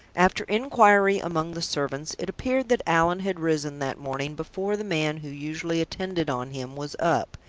after inquiry among the servants, it appeared that allan had risen that morning before the man who usually attended on him was up,